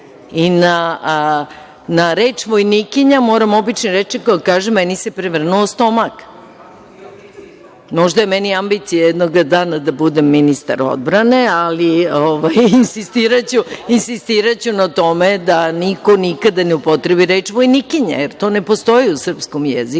i na reč vojnikinja, moram da kažem, meni se prevrnuo stomak. Možda je meni ambicija jednog dana da budem ministar odbrane, ali insistiraću na tome da niko nikada ne upotrebi reč vojnikinja jer to ne postoji u srpskom jeziku.